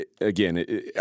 again